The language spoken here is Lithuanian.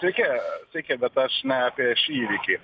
sveiki sveiki bet aš ne apie šį įvykį